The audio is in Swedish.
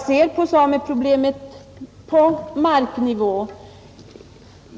ser sameproblemet på marknivå.